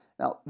Now